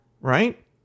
right